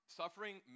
suffering